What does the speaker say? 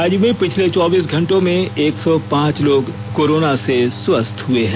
राज्य में पिछले चौबीस घंटों में एक सौ पांच लोग कोरोना से स्वस्थ हुए हैं